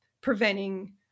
preventing